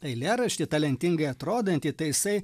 eilėraštį talentingai atrodantį tai jisai